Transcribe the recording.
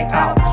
out